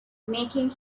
making